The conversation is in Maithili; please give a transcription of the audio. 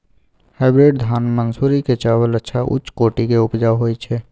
हाइब्रिड धान मानसुरी के चावल अच्छा उच्च कोटि के उपजा होय छै?